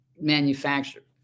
manufactured